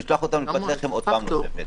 לא נשלח אותם לפת לחם פעם נוספת.